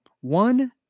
one